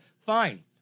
Fine